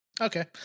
Okay